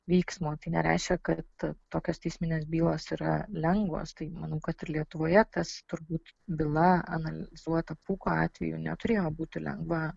vyksmo tai nereiškia kad tokios teisminės bylos yra lengvos tai manau kad ir lietuvoje tas turbūt byla analizuota pūko atveju neturėjo būti lengva